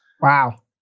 Wow